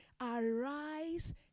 arise